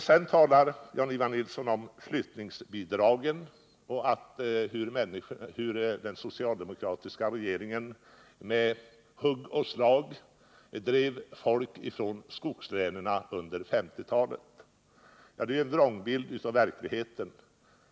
Sedan talade Jan-Ivan Nilsson om flyttningsbidragen och berättade hur den socialdemokratiska regeringen med hugg och slag drev folk från skogslänen under 1950-talet. Det är en vrångbild av verkligheten.